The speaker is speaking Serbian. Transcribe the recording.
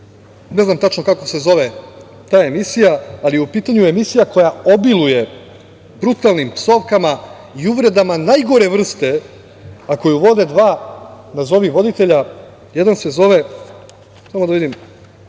ne znam tačno kako se zove ta emisija, ali u pitanju je emisija koja obiluje brutalnim psovkama i uvredama najgore vrste, a koju vode dva, nazovi, voditelja. Jedan se zove Marko Vidojković,